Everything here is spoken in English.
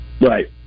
Right